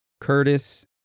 Curtis